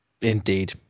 Indeed